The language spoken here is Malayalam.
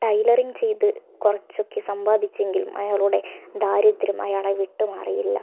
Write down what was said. ടൈലറിങ്ങ് ചെയ്ത് കുറച്ചൊക്കെ സമ്പാദിച്ചെങ്കിലും അയാളുടെ ദാരിദ്ര്യം അയാളെ വിട്ടുമാറിയില്ല